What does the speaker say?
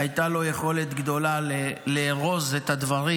הייתה לו יכולת גדולה לארוז את הדברים